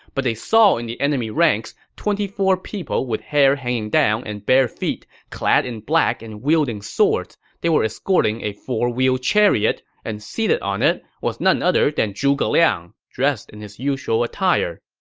but they saw in the enemy ranks twenty four people with hair hanging down and bare feet, clad in black and wielding swords. they were escorting a four-wheel chariot, and seated on it was none other than zhuge liang, dressed in his usual attire.